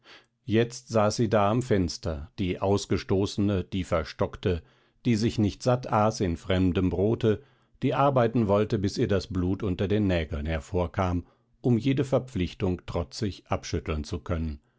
jetzt saß sie da am fenster die ausgestoßene die verstockte die sich nicht satt aß in fremdem brote die arbeiten wollte bis ihr das blut unter den nägeln hervorkam um jede verpflichtung trotzig abschütteln zu können